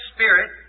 Spirit